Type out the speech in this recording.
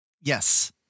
Yes